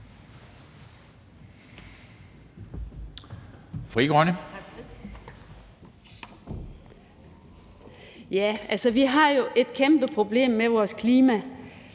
vi har jo et kæmpe problem med vores klima.